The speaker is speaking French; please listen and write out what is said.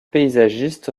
paysagiste